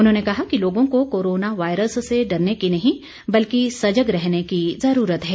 उन्होंने कहा कि लोगों को कोरोना वायरस से डरने की नहीं बल्कि सजग रहने की जरूरत है